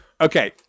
Okay